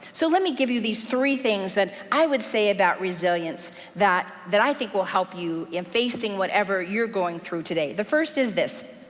so let me give you these three things that i would say about resilience that that i think will help you in facing whatever you're going through today. the first is this.